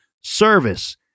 service